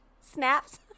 snaps